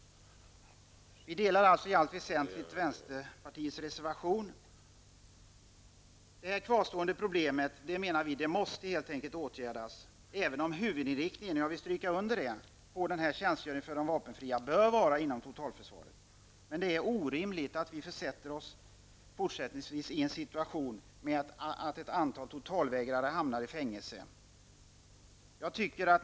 Vi delar i allt väsentligt vänsterpartiets reservation. Det kvarstående problemet måste helt enkelt åtgärdas, även om huvudinriktningen -- jag vill stryka under det -- av tjänstgöringen för de vapenfria bör ske inom totalförsvaret. Men det är orimligt att vi fortsättningsvis försätter oss i en sådan situation att ett antal totalvägrare hamnar i fängelse.